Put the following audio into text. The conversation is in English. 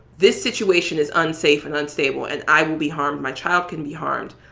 this situation is unsafe and unstable and i will be harmed, my child can be harmed,